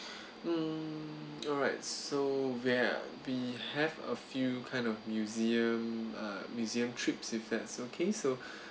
um alright so where we have a few kind of museum uh museum trips if that's okay so